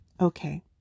Okay